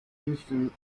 houston